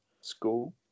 school